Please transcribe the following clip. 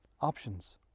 options